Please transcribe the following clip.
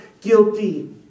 guilty